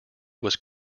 was